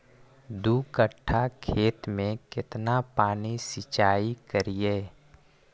दू कट्ठा खेत में केतना पानी सीचाई करिए?